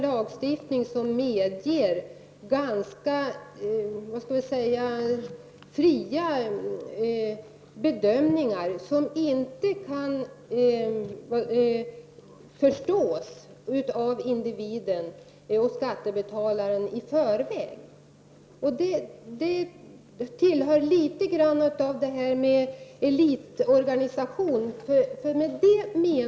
Lagstiftningen medger ganska fria bedömningar som individen, skattebetalaren, inte kan inse i förväg. Här kommer detta med elitorganisationen in.